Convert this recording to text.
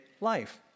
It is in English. life